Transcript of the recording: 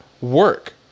work